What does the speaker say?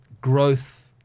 growth